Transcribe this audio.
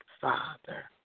Father